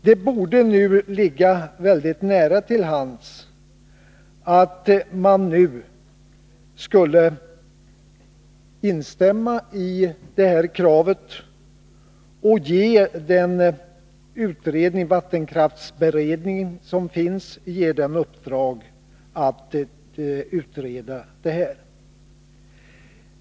Det borde ligga mycket nära till hands att nu 127 instämma i det här kravet och ge den utredning som finns — vattenkraftberedningen — i uppdrag att utreda frågan om bevarandevärden.